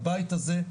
הבית הזה,